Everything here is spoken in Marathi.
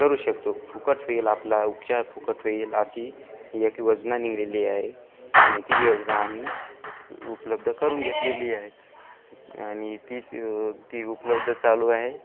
करू शकतो फुकट होईल आपला उपचार फुकट होईल अशी ही एक योजना निघालेली आहे आणि ती योजना आम्ही उपलब्ध करून घेतलेली आहे आणि तीच ती उपलब्ध चालू आहे